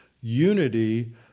unity